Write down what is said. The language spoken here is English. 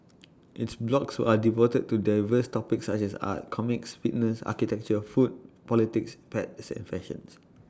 its blogs are devoted to diverse topics such as art comics fitness architecture food politics pets and fashion